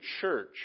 church